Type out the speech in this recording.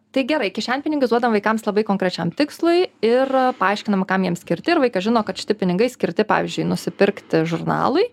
tai gerai kišenpinigius duodam vaikams labai konkrečiam tikslui ir paaiškiname kam jie skirti ir vaikai žino kad šitie pinigai skirti pavyzdžiui nusipirkti žurnalui